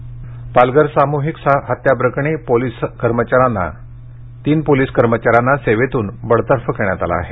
पालघर पालघर सामुहिक हत्याप्रकरणी तीन पोलिस कर्मचाऱ्यांना सेवेतून बडतर्फ करण्यात आलं आहे